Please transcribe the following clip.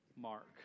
Mark